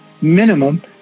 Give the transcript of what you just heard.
minimum